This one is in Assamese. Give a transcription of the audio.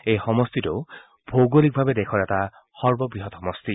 এই সমষ্টিটো ভৌগলিকভাৱে দেশৰ এটা সৰ্ববৃহৎ সমষ্টি